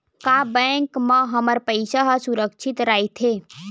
का बैंक म हमर पईसा ह सुरक्षित राइथे?